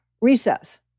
recess